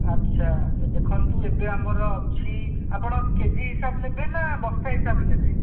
ଆଚ୍ଛା ଦେଖନ୍ତୁ ଏବେ ଆମର ଅଛି ଆପଣ କେଜି ହିସାବ ନେବେ ନା ବସ୍ତା ହିସାବରେ ନେବେ